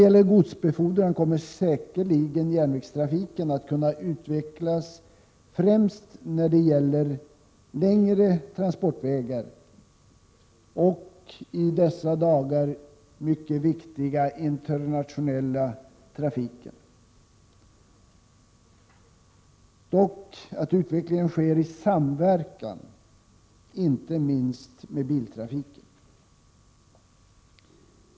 För godsbefordran kommer säkerligen järnvägstrafiken att kunna utvecklas främst när det gäller längre transportvägar och den i dessa dagar mycket viktiga internationella trafiken, dock att utvecklingen sker i samverkan, inte minst med biltrafiken.